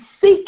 seek